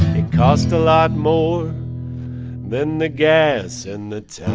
it cost a lot more than the gas and the